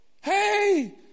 Hey